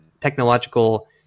technological